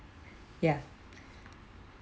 ya